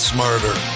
Smarter